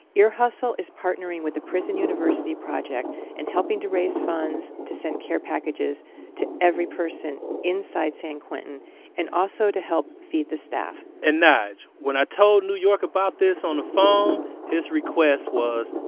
ear hustle is partnering with the prison university project and helping to raise funds to send care packages to every person inside san quentin and also to help feed the staff and nyge, when i told new york about this on the phone, his request was,